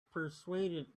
persuaded